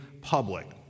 public